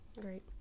great